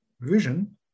vision